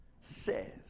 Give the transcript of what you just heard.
says